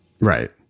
Right